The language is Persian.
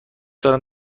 دارم